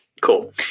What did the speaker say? Cool